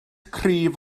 cryf